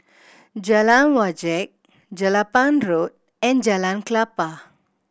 Jalan Wajek Jelapang Road and Jalan Klapa